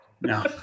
No